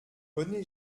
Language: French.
rené